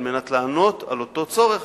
על מנת לענות על אותו צורך,